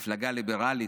מפלגה ליברלית,